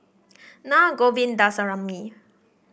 Na Govindasamy